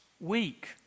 Week